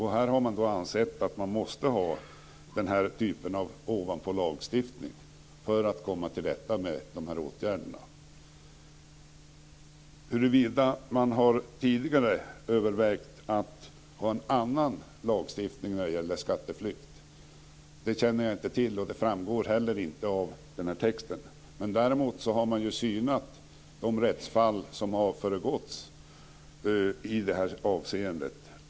Här har man ansett att man måste ha den här typen av ovanpålagstiftning för att komma till rätta med problemen. Huruvida man tidigare övervägt att ha en annan lagstiftning i fråga om skatteflykt känner jag inte till, och det framgår inte heller av texten. Däremot har man synat de rättsfall som har förekommit i detta avseende.